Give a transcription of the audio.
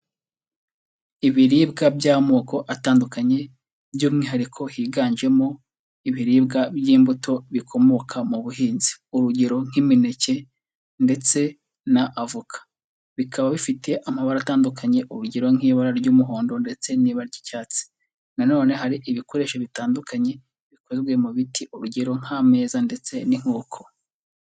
Ibiribwa by'amoko atandukanye, by'umwihariko higanjemo, ibiribwa by'imbuto bikomoka mu buhinzi. Urugero: nk'imineke ndetse na avoka. Bikaba bifite amabara atandukanye, urugero: nk'ibara ry'umuhondo ndetse n'ibara ry'icyatsi. Na none hari ibikoresho bitandukanye, bikozwe mu biti urugero: nk'ameza ndetse n'inkoko.